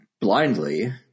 blindly